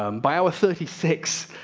um by hour thirty six,